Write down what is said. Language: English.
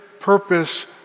purpose